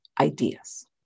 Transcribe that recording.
Ideas